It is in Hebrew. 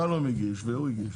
שלום הגיש, והוא הגיש,